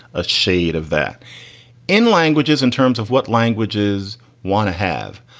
a shade of that in languages in terms of what languages want to have.